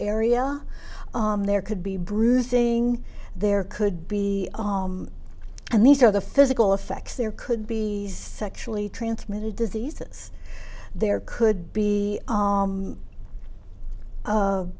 area there could be bruising there could be and these are the physical effects there could be sexually transmitted diseases there could be